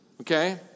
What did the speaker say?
okay